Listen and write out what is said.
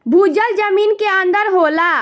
भूजल जमीन के अंदर होला